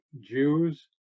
Jews